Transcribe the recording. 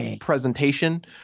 Presentation